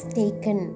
taken